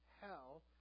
hell